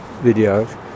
videos